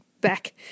back